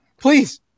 please